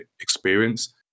experience